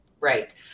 right